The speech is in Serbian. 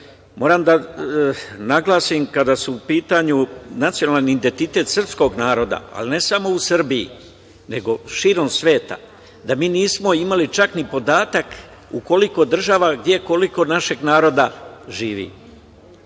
da naglasim, kada je u pitanju nacionalni identitet srpskog naroda, ali ne samo u Srbiji, nego širom sveta, da mi nismo imali čak ni podatak u koliko država, gde, koliko našeg naroda živi.